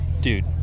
dude